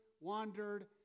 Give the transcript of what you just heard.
wandered